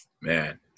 Man